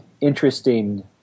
interesting